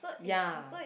ya